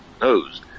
knows